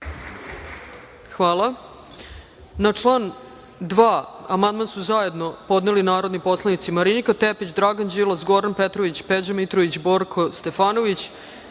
Hvala. Na član 2. amandman su zajedno podneli narodni poslanici Marinika Tepić, Dragan Đilas, Goran Petrović, Peđa Mitrović, Borko Stefanović,